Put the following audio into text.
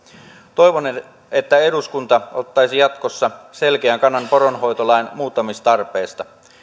toivon että eduskunta ottaisi jatkossa selkeän kannan poronhoitolain muuttamistarpeesta